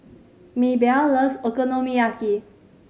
Mabelle loves Okonomiyaki